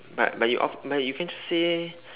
but but you off but you can just say